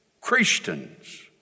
Christians